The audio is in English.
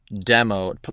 demo